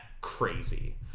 crazy